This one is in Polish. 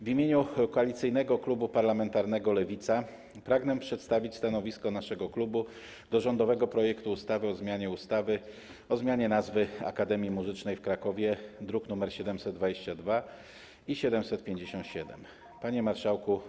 W imieniu Koalicyjnego Klubu Parlamentarnego Lewica pragnę przedstawić stanowisko klubu wobec rządowego projektu ustawy o zmianie nazwy Akademii Muzycznej w Krakowie, druki nr 722 i 757. Panie Marszałku!